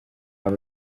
aba